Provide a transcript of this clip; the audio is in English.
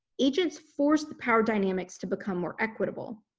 agents forced the power dynamics to become more equitable.